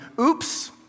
oops